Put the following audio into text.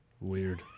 Weird